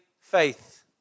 faith